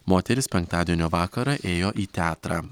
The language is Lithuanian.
moteris penktadienio vakarą ėjo į teatrą